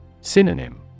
Synonym